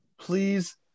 please